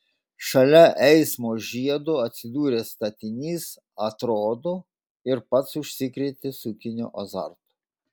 šalia eismo žiedo atsidūręs statinys atrodo ir pats užsikrėtė sukinio azartu